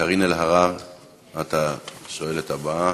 את השואלת הבאה.